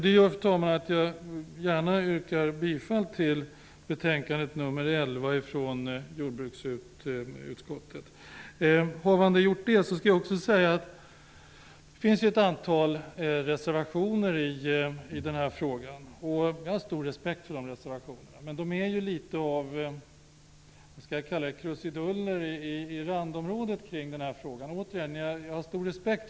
Det gör, fru talman, att jag gärna yrkar bifall till hemställan i jordbruksutskottets betänkande 11. Det finns ett antal reservationer i betänkandet. Jag har stor respekt för dessa reservationer. Men de är litet av krusiduller i randområdet kring den här frågan.